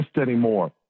anymore